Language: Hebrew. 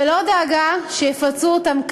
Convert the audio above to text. ולא דאגה שיפצו אותם כלל.